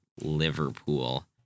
Liverpool